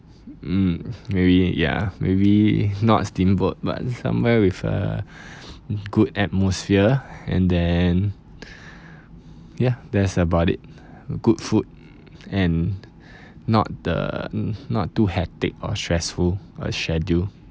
mm maybe ya maybe not steamboat but somewhere with a good atmosphere and then ya that's about it good food and not the not too hectic or stressful a schedule